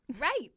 right